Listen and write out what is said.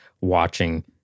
watching